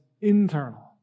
internal